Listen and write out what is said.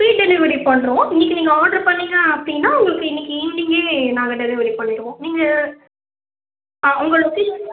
free delivery பண்ணுறோம் இன்னைக்கு நீங்கள் ஆட்ரு பண்ணீங்க அப்படின்னா உங்களுக்கு இன்னைக்கு ஈவ்னிங்கே நாங்கள் டெலிவரி பண்ணிவிடுவோம் நீங்கள் ஆ உங்கள் லொக்கேஷன்